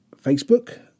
Facebook